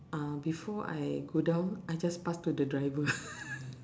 uh before I go down I just pass to the driver